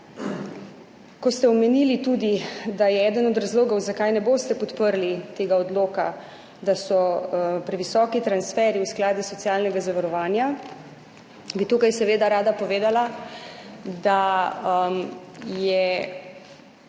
Ko ste omenili tudi, da je eden od razlogov zakaj ne boste podprli tega odloka, da so previsoki transferji v sklade socialnega zavarovanja, bi tukaj seveda rada povedala, da je v